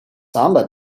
samba